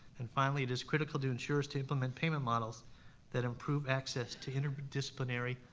and finally, it is critical to insurers to implement payment models that improve access to interdisciplinary,